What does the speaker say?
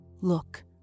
Look